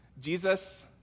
Jesus